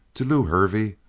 to lew hervey?